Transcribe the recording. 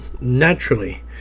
naturally